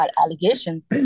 allegations